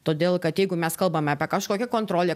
todėl kad jeigu mes kalbam apie kažkokią kontrolę